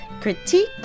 critique